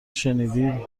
شنیدید